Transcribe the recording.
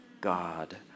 God